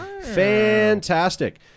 fantastic